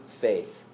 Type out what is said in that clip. faith